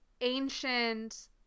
ancient